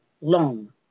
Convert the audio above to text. long